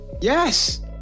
Yes